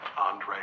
Andre